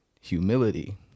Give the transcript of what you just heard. humility